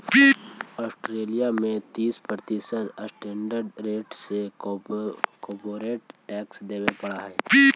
Australia में तीस प्रतिशत स्टैंडर्ड रेट से कॉरपोरेट टैक्स देवे पड़ऽ हई